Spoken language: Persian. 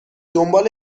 دنبال